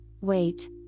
wait